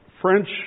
French